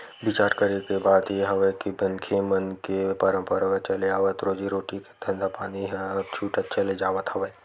बिचार करे के बात ये हवय के मनखे मन के पंरापरागत चले आवत रोजी रोटी के धंधापानी ह अब छूटत चले जावत हवय